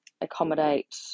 accommodate